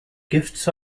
gifts